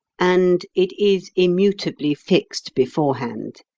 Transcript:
and it is immutably fixed beforehand.